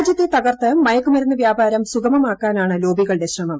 രാജ്യത്തെ തകർത്ത് മയക്ക്മരുന്ന് വ്യാപാരം സുഗമമാക്കാനാണ് ലോബികളുടെ ശ്രമം